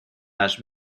las